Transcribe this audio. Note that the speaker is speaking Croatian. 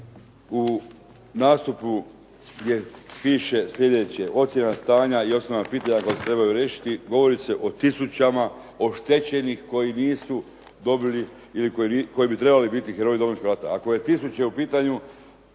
u nastupu gdje piše sljedeće: ocjena stanja i osnovna pitanja koja se trebaju riješiti, govori se o tisućama oštećenih koji nisu dobili ili koji bi trebali biti heroji Domovinskog rata. Ako je tisuće u pitanju,